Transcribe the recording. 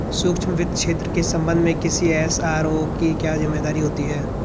सूक्ष्म वित्त क्षेत्र के संबंध में किसी एस.आर.ओ की क्या जिम्मेदारी होती है?